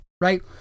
right